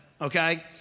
okay